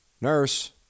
Nurse